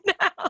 now